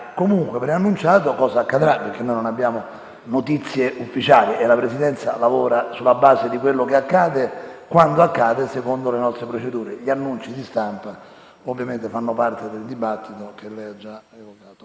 comunque preannunciato, cosa accadrà, dal momento che non abbiamo notizie ufficiali. La Presidenza lavora sulla base di quanto accade, quando accade, secondo le sue procedure. Gli annunci di stampa ovviamente fanno parte del dibattito. È iscritto